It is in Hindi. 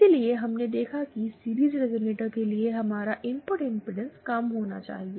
इसलिए हमने देखा कि सीरिज़ रिजोनेटर के लिए हमारा इनपुट इंपेडेंस कम होना चाहिए